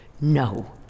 no